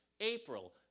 April